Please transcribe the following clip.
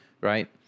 right